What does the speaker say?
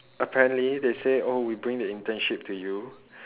apparently they say oh we bring the internship to you